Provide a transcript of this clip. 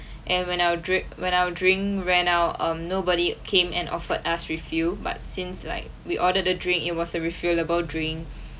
and when our drip when our drink ran out um nobody came and offered us refill but since like we ordered a drink it was a refillable drink